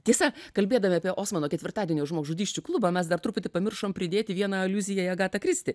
tiesa kalbėdami apie osmano ketvirtadienio žmogžudysčių klubą mes dar truputį pamiršom pridėti vieną aliuzija į agatą kristi